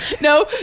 No